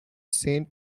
saint